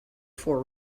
four